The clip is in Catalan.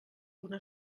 una